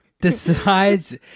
Decides